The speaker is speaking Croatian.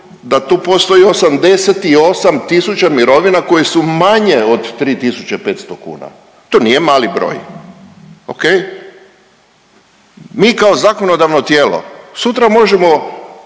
da tu postoji 88 tisuća mirovina koje su manje od 3.500 kuna. To nije mali broj. Ok, mi kao zakonodavno tijelo sutra možemo